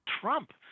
Trump